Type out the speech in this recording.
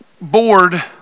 board